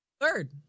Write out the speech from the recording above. Third